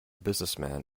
businessman